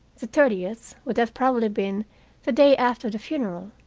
the thirtieth would have probably been the day after the funeral.